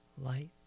light